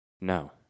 No